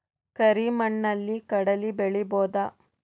ಕರಿ ಮಣ್ಣಲಿ ಕಡಲಿ ಬೆಳಿ ಬೋದ?